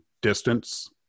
distance